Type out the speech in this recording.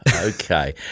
Okay